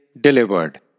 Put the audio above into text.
delivered